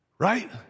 Right